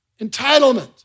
Entitlement